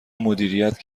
مدیریت